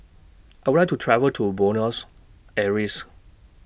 I Would like to travel to Buenos Aires